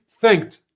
thanked